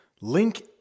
link